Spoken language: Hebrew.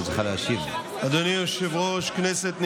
אדוני היושב-ראש, כנסת נכבדה,